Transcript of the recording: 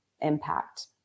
impact